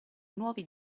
nuovi